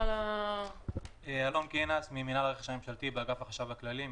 אני נציג מינהל הרכש הממשלתי באגף החשב הכללי,